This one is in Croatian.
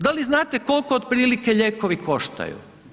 Da li znate kolko otprilike lijekovi koštaju?